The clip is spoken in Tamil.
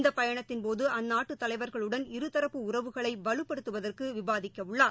இந்த பயணத்தின்போது அந்நாட்டு தலைவர்களுடன் இருதரப்பு உறவுகளை வலுப்படுத்துவதற்கு விவாதிக்கவுள்ளார்